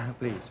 please